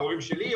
ההורים שלי,